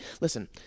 listen